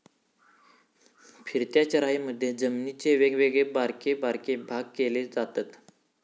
फिरत्या चराईमधी जमिनीचे वेगवेगळे बारके बारके भाग केले जातत